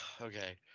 Okay